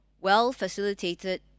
Well-facilitated